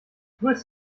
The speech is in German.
grüß